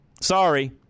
Sorry